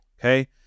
Okay